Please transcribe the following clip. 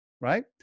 right